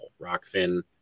Rockfin